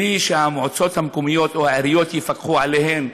בלי שהמועצות המקומיות או העיריות יפקחו עליהם,